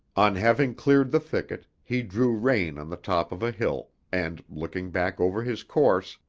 on having cleared the thicket, he drew rein on the top of a hill, and, looking back over his course,